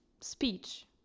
speech